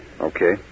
Okay